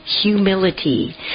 humility